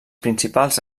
principals